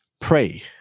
pray